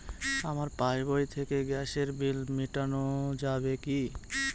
আমার পাসবই থেকে গ্যাসের বিল মেটানো যাবে কি?